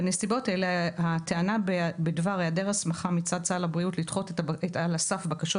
בנסיבות אלה הטענות בדבר היעדר הסמכה מצד סל הבריאות לדחות על הסף בקשות